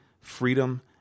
freedom